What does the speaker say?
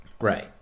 Right